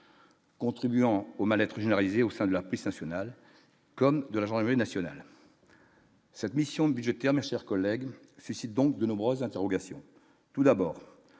Contribuant au mal-être généralisé au sein de la pêche national comme de l'agent avait national. Cette mission budgétaire, mes chers collègues, suscite donc de nombreuses interrogations, tout d'abord,